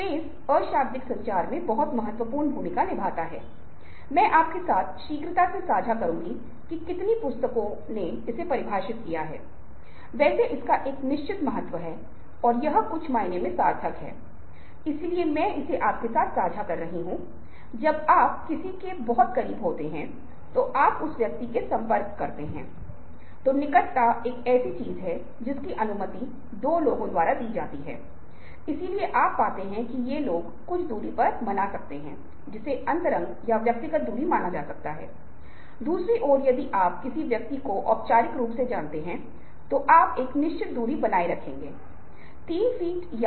बहुत बार प्राधिकरण का आंकड़ा बहुत महत्वपूर्ण भूमिका निभाता है हम उस पर बाद में चर्चा करेंगे क्योंकि जो समर्थन कर रहा है जो कुछ कह रहा है वह बहुत महत्वपूर्ण हो जाता है और यहां तक कि हमारी परंपरा भी जब हम प्रामाणिकता के प्रमाण के बारे में बात करते हैं तो भारतीय परंपरा में कुछ सच या गलत होने की अवधारणा प्रमना हम इस तथ्य के बारे में बात करते हैं कि कुछ मामलों में जो व्यक्ति घोषणा कर रहा है वह यह तय करता है कि क्या किसी वस्तु को वैध तर्क माना जाएगा या तो यह मान्य तर्क नहीं होगा